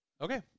okay